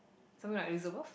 something like Elizabeth